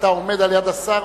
אתה עומד ליד השר,